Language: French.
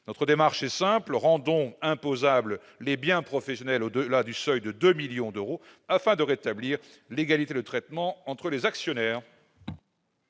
Notre démarche est simple : rendons imposables les biens professionnels au-delà du seuil de 2 millions d'euros afin de rétablir l'égalité de traitement entre les actionnaires